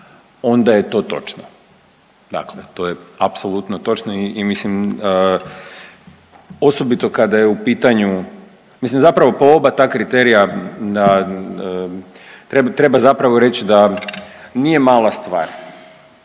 onda je to točno, dakle to je apsolutno točno i mislim, osobito kada je u pitanju, mislim zapravo po oba ta kriterija treba, treba zapravo reći da nije mala stvar,